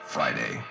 Friday